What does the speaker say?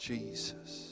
Jesus